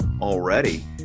already